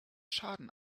schaden